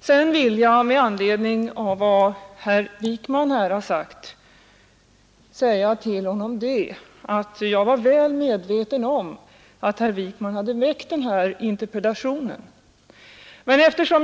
Sedan vill jag med anledning av vad herr Wijkman har sagt säga till honom att jag var väl medveten om att han hade väckt den här interpellationen.